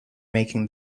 making